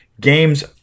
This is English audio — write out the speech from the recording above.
Games